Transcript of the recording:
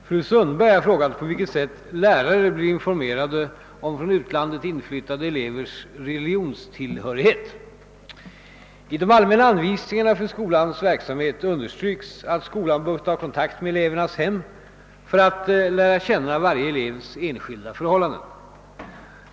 Herr talman! Fru Sundberg har frågat på vilket sätt lärare blir informerade om från utlandet inflyttade elevers religionstillhörighet. I de allmänna anvisningarna för skolans verksamhet understryks att skolan bör ta kontakt med elevernas hem för att lära känna varje elevs enskilda förhållanden.